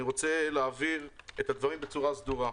אני רוצה להבהיר את הדברים בצורה סדורה.